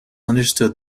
understood